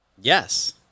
yes